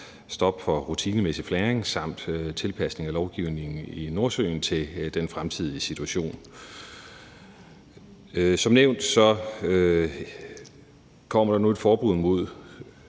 stop for rutinemæssig flaring samt tilpasning af lovgivningen i Nordsøen til den fremtidige situation. Som nævnt kommer der nu et forbud mod